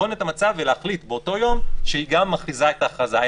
לבחון את המצב ולהחליט באותו יום שהיא גם מכריזה את ההכרזה,